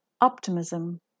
optimism